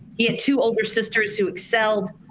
he had two older sisters who excelled.